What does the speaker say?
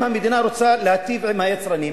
אם המדינה רוצה להיטיב עם היצרנים,